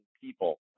people